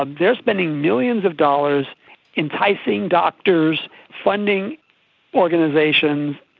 um they are spending millions of dollars enticing doctors, funding organisations,